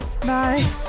Bye